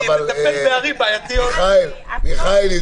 מיכאל,